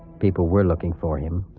people were looking for him.